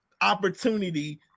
opportunity